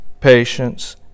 patience